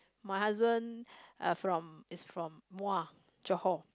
my husband uh from is from Muar Johor